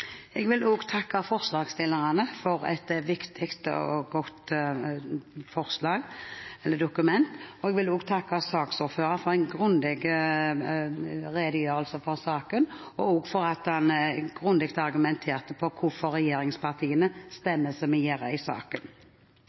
Jeg vil også takke forslagsstillerne for et viktig og godt dokument. Jeg vil også takke saksordføreren for en grundig redegjørelse for saken og for at han så grundig argumenterte for hvorfor regjeringspartiene stemmer som vi gjør i saken.